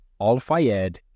Al-Fayed